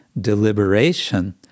deliberation